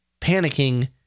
panicking